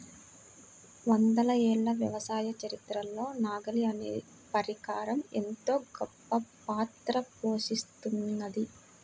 వందల ఏళ్ల వ్యవసాయ చరిత్రలో నాగలి అనే పరికరం ఎంతో గొప్పపాత్ర పోషిత్తున్నది